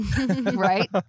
right